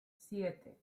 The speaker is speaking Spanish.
siete